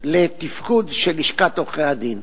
לתפקוד של לשכת עורכי-הדין.